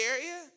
area